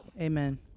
amen